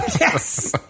Yes